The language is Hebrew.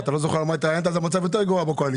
אם אתה לא זוכר על מה התראיינת אז המצב יותר גרוע בקואליציה.